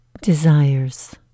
desires